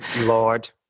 Lord